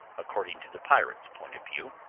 according to the pirate's point of view,